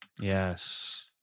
Yes